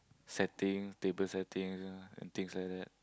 setting table settings uh and things like that